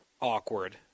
awkward